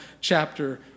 chapter